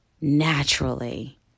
naturally